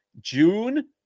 june